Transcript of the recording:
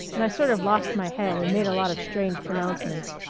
and i sort of lost my head and made a lot of strange pronouncements.